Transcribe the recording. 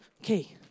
okay